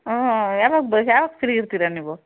ಹ್ಞೂ ಯಾವಾಗ ಬ ಯಾವಾಗ ಫ್ರೀ ಇರ್ತಿರ ನೀವು